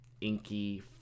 inky